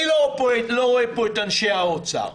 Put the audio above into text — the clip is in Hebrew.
אני לא רואה פה את אנשי משרד האוצר.